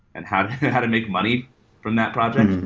and how how to make money from that project.